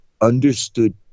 understood